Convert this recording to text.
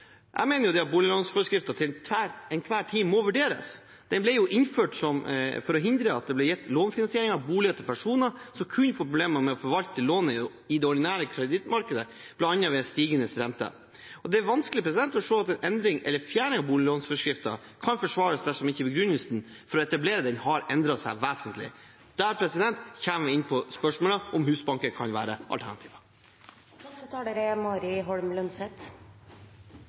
Jeg mener boliglånforskriften til enhver tid må vurderes. Den ble innført for å hindre at det ble gitt lånefinansiering av bolig til personer som kunne få problemer med å forvalte lånet i det ordinære kredittmarkedet, bl.a. ved en stigende rente. Det er vanskelig å se at en endring eller fjerning av boliglånforskriften kan forsvares dersom begrunnelsene for å etablere den ikke har endret seg vesentlig. Da kommer vi inn på spørsmålet om Husbanken kan være